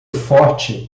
forte